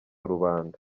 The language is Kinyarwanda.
rubanda